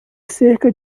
cerca